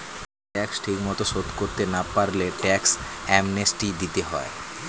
tax ঠিকমতো শোধ করতে না পারলে ট্যাক্স অ্যামনেস্টি দিতে হয়